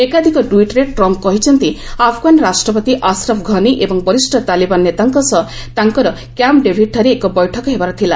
ଏକାଧକ ଟ୍ୱିଟ୍ରେ ଟ୍ରମ୍ପ୍ କହିଛନ୍ତି ଆଫଗାନ ରାଷ୍ଟ୍ରପତି ଆଶ୍ରଫ୍ ଘନି ଏବଂ ବରିଷ୍ଠ ତାଲିବାନ୍ ନେତାଙ୍କ ସହ ତାଙ୍କର କ୍ୟାମ୍ପ୍ ଡେଭିଡ୍ଠାରେ ଏକ ବୈଠକ ହେବାର ଥିଲା